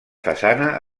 façana